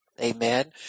Amen